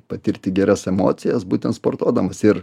patirti geras emocijas būtent sportuodamas ir